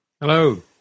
Hello